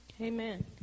amen